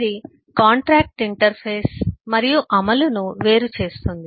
ఇది contract interface మరియు అమలును వేరు చేస్తుంది